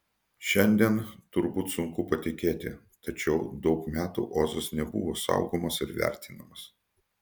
šiandien turbūt sunku patikėti tačiau daug metų ozas nebuvo saugomas ir vertinamas